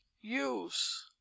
use